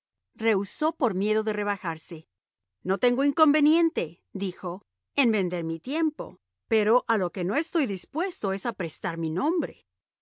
rehusó por miedo de rebajarse no tengo inconveniente dijo en vender mi tiempo pero a lo que no estoy dispuesto es a prestar mi nombre